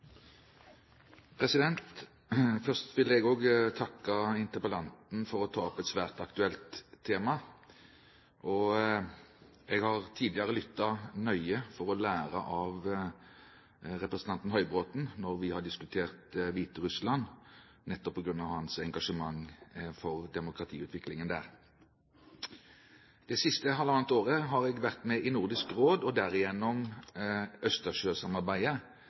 Først vil jeg også takke interpellanten for å ta opp et svært aktuelt tema. Jeg har tidligere lyttet nøye for å lære av representanten Høybråten når vi har diskutert Hviterussland, nettopp på grunn av hans engasjement for demokratiutviklingen der. Det siste halvannet året har jeg vært med i Nordisk Råd og derigjennom Østersjøsamarbeidet,